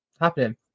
Happening